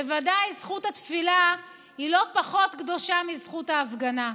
בוודאי זכות התפילה היא לא פחות קדושה מזכות ההפגנה,